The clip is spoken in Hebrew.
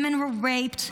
women were raped,